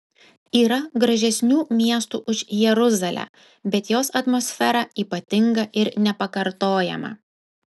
yra gražesnių miestų už jeruzalę bet jos atmosfera ypatinga ir nepakartojama